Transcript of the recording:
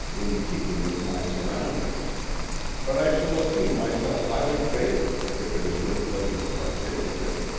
in keeping with my surroundings but i shall esteem myself highly favored if it is your pleasure to partake of it,